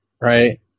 right